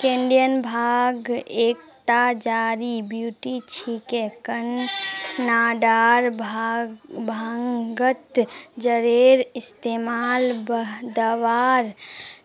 Canadian भांग एकता जड़ी बूटी छिके कनाडार भांगत जरेर इस्तमाल दवार